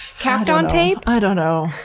kapton tape? i don't know.